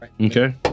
Okay